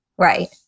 Right